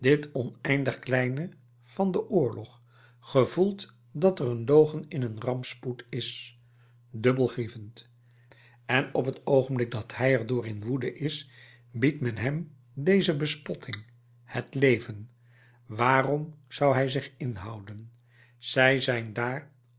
oneindig kleine van den oorlog gevoelt dat er een logen in een rampspoed is dubbel grievend en op t oogenblik dat hij er door in woede is biedt men hem deze bespotting het leven waarom zou hij zich inhouden zij zijn dààr